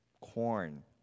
corn